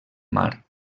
mar